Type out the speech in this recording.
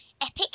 epic